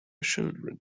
children